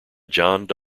john